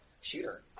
shooter